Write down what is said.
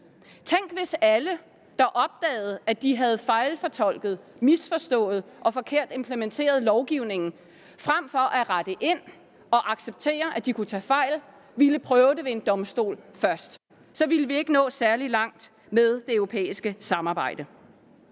Tænk, hvis alle, der opdagede, at de havde fejlfortolket og misforstået lovgivningen og implementeret den forkert, frem for at rette ind og acceptere, at de kunne tage fejl, ville prøve det ved en domstol først. Så ville vi ikke nå særlig langt med det europæiske samarbejde.